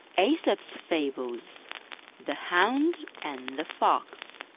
aesop's fables the hound and the fox